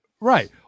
Right